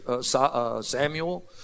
Samuel